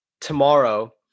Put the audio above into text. tomorrow